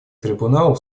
трибуналов